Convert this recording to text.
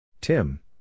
Tim